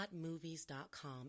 HotMovies.com